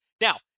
Now